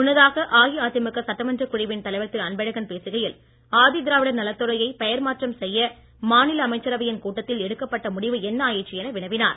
முன்னதாக அஇஅதிமுக சட்டமன்ற குழுவின் தலைவர் திரு அன்பழகன் பேசுகையில் ஆதி திராவிடர் நலத்துறையை பெயர் மாற்றம் செய்ய மாநில அமைச்சரவையின் கூட்டத்தில் எடுக்கப்பட்ட முடிவு என்ன ஆயிற்று என வினவினார்